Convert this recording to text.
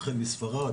החל בספרד,